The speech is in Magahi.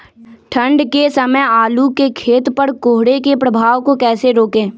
ठंढ के समय आलू के खेत पर कोहरे के प्रभाव को कैसे रोके?